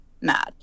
Mad